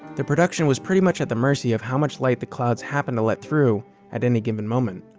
the production was pretty much at the mercy of how much light the clouds happened to let through at any given moment.